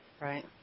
Right